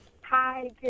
Hi